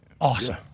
Awesome